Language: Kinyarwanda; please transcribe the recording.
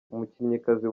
umukinnyikazi